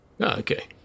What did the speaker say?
Okay